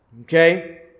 okay